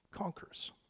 Conquers